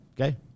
Okay